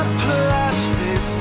plastic